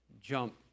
jump